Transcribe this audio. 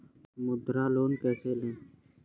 मुद्रा लोन कैसे ले?